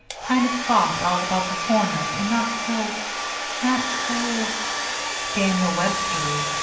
kind of soft all about the corners and not so not so daniel webstery,